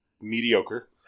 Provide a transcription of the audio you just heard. mediocre